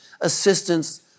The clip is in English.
assistance